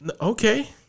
okay